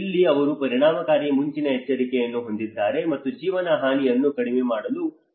ಇಲ್ಲಿ ಅವರು ಪರಿಣಾಮಕಾರಿ ಮುಂಚಿನ ಎಚ್ಚರಿಕೆಯನ್ನು ಹೊಂದಿದ್ದಾರೆ ಮತ್ತು ಜೀವಹಾನಿಯನ್ನು ಕಡಿಮೆ ಮಾಡಲು ಮಾಹಿತಿ ಕಾರ್ಯವಿಧಾನಗಳನ್ನು ಹೊಂದಿದ್ದಾರೆ